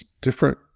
different